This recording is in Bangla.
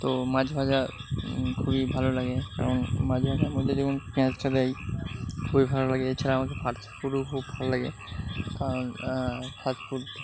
তো মাছ ভাজা খুবই ভালো লাগে কারণ মাছ ভাজার মধ্যে যখন পেঁয়াজটা দেয় খুবই ভালো লাগে এছাড়াও আমার ফাস্ট ফুডও খুব ভালো লাগে কারণ ফাস্ট ফুড